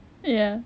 ya